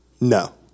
No